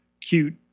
cute